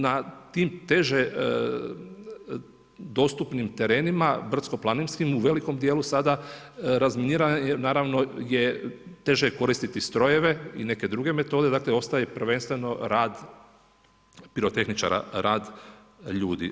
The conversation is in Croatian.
Na tim teže dostupnim terenima brdsko-planinskim u velikom dijelu sada naravno je teže koristiti strojeve i neke druge metode, dakle ostaje prvenstveno rad pirotehničara, rad ljudi.